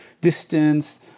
distance